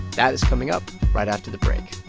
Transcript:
that is coming up right after the break